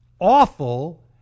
Awful